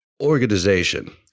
organization